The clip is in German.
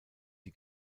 die